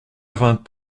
vingt